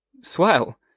Swell